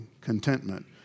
contentment